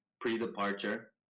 pre-departure